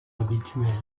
habituelle